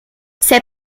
ses